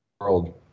world